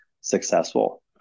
successful